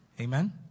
Amen